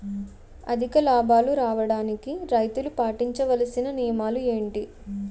అధిక లాభాలు రావడానికి రైతులు పాటించవలిసిన నియమాలు ఏంటి